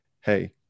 hey